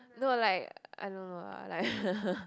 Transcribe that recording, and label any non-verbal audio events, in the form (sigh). no like I don't know lah like (laughs)